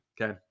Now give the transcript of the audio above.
Okay